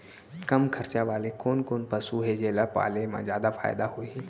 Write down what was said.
कम खरचा वाले कोन कोन पसु हे जेला पाले म जादा फायदा होही?